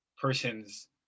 person's